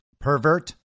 pervert